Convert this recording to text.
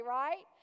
right